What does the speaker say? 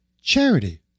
charity